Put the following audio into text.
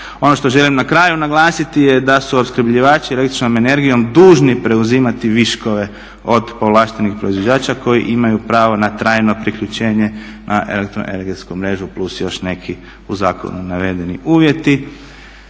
Ono što želim na kraju naglasiti je da su opskrbljivači el.energijom dužni preuzimati viškove od povlaštenih proizvođača koji imaju pravo na trajno priključenje na elektroenergetsku mrežu plus još neki u zakonu navedeni uvjeti.